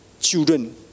children